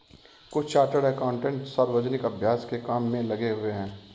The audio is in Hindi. कुछ चार्टर्ड एकाउंटेंट सार्वजनिक अभ्यास के काम में लगे हुए हैं